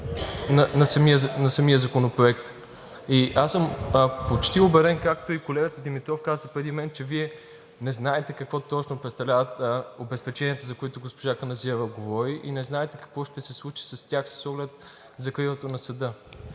на самия законопроект. Аз съм почти убеден, както и колегата Димитров каза преди мен, че Вие не знаете какво точно представляват обезпеченията, за които госпожа Каназирева говори, и не знаете какво ще се случи с тях с оглед закриването на Съда.